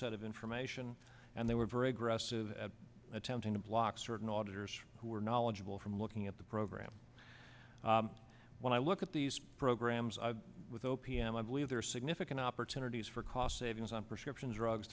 set of information and they were very aggressive at attempting to block certain authors who were knowledgeable from looking at the program when i look at these programs with o p m i believe there are significant opportunities for cost savings on prescription drugs